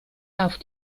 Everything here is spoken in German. auf